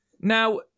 Now